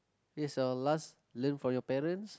is your last learn from your parents